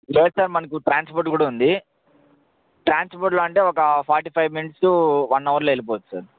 లేదు సార్ మనకి ట్రాన్స్పోర్ట్ కూడా ఉంది ట్రాన్స్పోర్ట్లో అంటే ఒక ఫార్టీ ఫైవ్ మినిట్సు వన్ అవర్లో వెళ్ళిపోవచ్చు సార్